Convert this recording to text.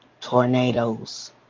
tornadoes